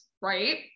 right